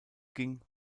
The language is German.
ging